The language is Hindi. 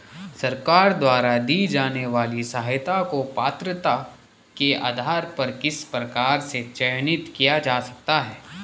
सरकार द्वारा दी जाने वाली सहायता को पात्रता के आधार पर किस प्रकार से चयनित किया जा सकता है?